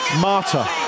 Marta